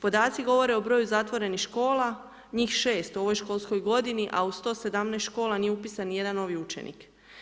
Podaci govore o broju zatvorenih škola, njih 6 u ovoj školskoj godini a u 117 škola nije upisan ni jedan novi učenik.